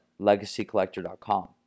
LegacyCollector.com